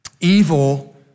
evil